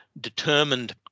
determined